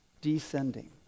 descending